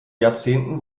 jahrzehnten